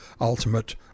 ultimate